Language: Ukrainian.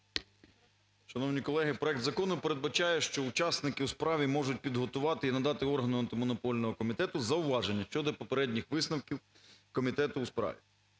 Шановні колеги, проект закону передбачає, що учасники у справі можуть підготувати і надати органу Антимонопольного комітету зауваження щодо попередніх висновків комітету у справі.